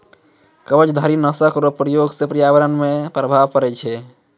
कवचधारी नाशक रो प्रयोग से प्रर्यावरण मे प्रभाव पड़ै छै